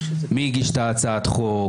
מי הגיש את הצעת החוק?